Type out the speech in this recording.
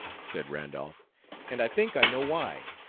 said randolph and i think i know why.